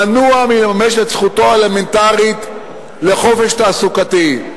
מנוע מלממש את זכותו האלמנטרית לחופש תעסוקתי.